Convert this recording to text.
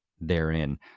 therein